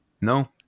No